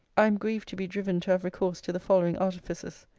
i am grieved to be driven to have recourse to the following artifices.